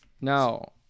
Now